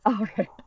Okay